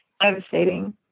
devastating